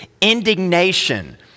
indignation